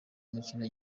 umukino